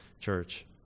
church